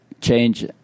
change